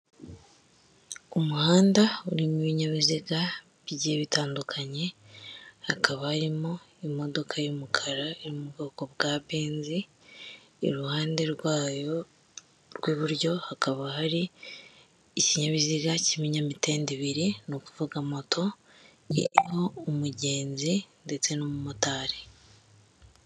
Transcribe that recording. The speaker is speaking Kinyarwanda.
Umuhanda urimo ibinyabiziga bigiye bitandukanye, hakaba harimo imodoka y'umukara iri mu bwoko bwa benzi, iruhande rwayo rw'iburyo hakaba hari ikinyabiziga k'iminyamitende ibiri, ni ukuvuga moto iriho umugenzi ndetse n'umumotari.